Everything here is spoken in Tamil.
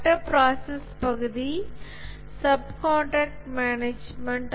மற்ற ப்ராசஸ் பகுதி சப் காண்ட்ராக்ட் மேனேஜ்மென்ட்